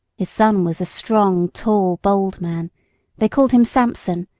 his son was a strong, tall, bold man they called him samson,